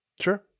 Sure